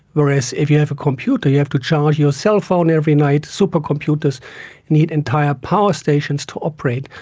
whereas if you have a computer you have to charge your cell phone every night, supercomputers need entire power stations to operate.